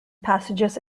passages